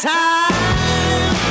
time